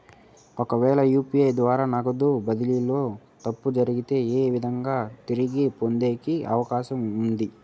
ఒకవేల యు.పి.ఐ ద్వారా నగదు బదిలీలో తప్పు జరిగితే, ఏ విధంగా తిరిగి పొందేకి అవకాశం ఉంది?